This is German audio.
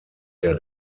der